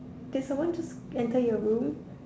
did someone just enter your room